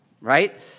right